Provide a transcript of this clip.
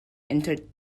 into